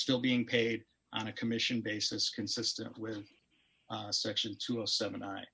still being paid on a commission basis consistent with section two a seven